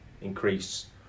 increase